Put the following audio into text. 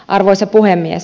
arvoisa puhemies